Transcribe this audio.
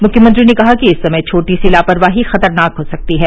मुख्यमंत्री ने कहा कि इस समय छोटी सी लापरवाही खतरनाक हो सकती है